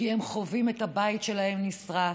כי הם חווים את הבית שלהם נשרף,